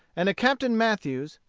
and a captain mathews,